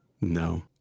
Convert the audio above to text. No